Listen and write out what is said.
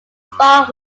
spar